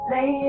Lay